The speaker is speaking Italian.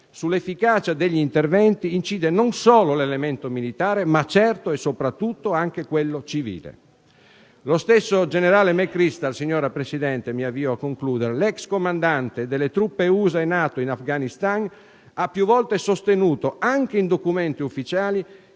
sull'efficacia degli interventi incide non solo l'elemento militare, ma certo, e soprattutto, anche quello civile. Lo stesso generale McChrystal, signora Presidente, ex comandante delle truppe Usa in Afghanistan, ha più volte sostenuto, anche in documenti ufficiali,